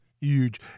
Huge